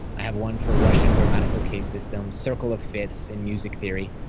i have one for russian grammatical case system, circle of fifths in music theory.